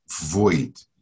void